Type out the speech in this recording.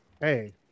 Hey